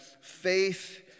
faith